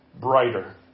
brighter